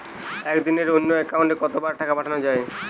একদিনে অন্য একাউন্টে কত বার টাকা পাঠানো য়ায়?